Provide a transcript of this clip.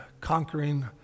conquering